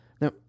Now